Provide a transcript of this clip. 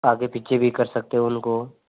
आगे पीछे भी कर सकते हो उनको